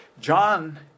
John